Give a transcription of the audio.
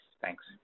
Thanks